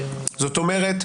זאת אומרת,